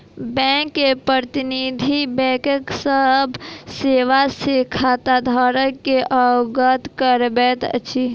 bank के प्रतिनिधि, बैंकक सभ सेवा सॅ खाताधारक के अवगत करबैत अछि